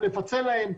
לפצל להם,